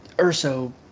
Urso